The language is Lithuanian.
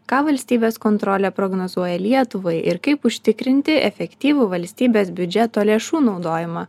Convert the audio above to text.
ką valstybės kontrolė prognozuoja lietuvai ir kaip užtikrinti efektyvų valstybės biudžeto lėšų naudojimą